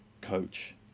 coach